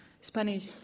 Spanish